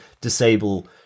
disable